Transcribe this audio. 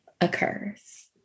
occurs